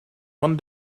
one